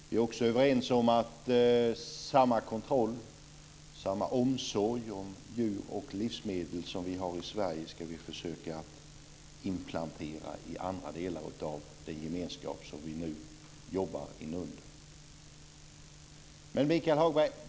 Vi är också överens om att vi ska försöka inplantera samma kontroll och omsorg om djur och livsmedel som vi har i Sverige i andra delar av den gemenskap vi jobbar under.